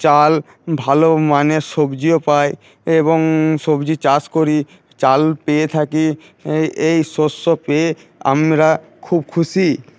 চাল ভালো মানের সবজিও পাই এবং সবজি চাষ করি চাল পেয়ে থাকি এই এই শস্য পেয়ে আমরা খুব খুশি